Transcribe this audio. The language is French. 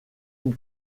une